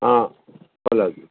ହଁ ଭଲ ଲାଗିବ